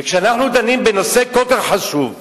וכשאנחנו דנים בנושא כל כך חשוב,